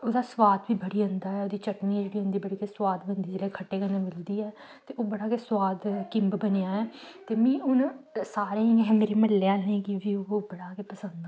ओह्दा सुआद बी बधी जंदा ऐ ओह्दी चटनी जेह्ड़ी होंदी बड़ी गै सुआद बनदी जेल्लै खट्टे कन्नै मिलदी ऐ ते ओह् बड़ा गै सुआद किम्ब बनेआ ऐ ते मी हून सारेंगी अहें मेरे म्हल्ले आह्लें गी बी ओह् बड़ा गै पसंद औंदा